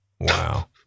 Wow